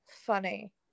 funny